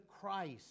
Christ